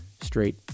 straight